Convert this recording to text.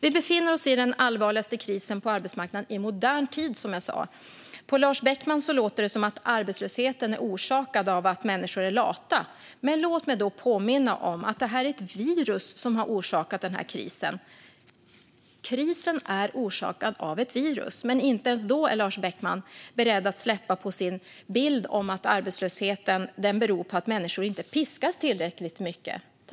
Vi befinner oss i den allvarligaste krisen på arbetsmarknaden i modern tid, som jag sa. På Lars Beckman låter det som att arbetslösheten är orsakad av att människor är lata. Låt mig då påminna om att det är ett virus som har orsakat den här krisen. Krisen är orsakad av ett virus. Men inte ens då är Lars Beckman beredd att släppa på sin bild av att arbetslösheten beror på att människor inte piskas tillräckligt mycket.